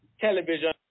television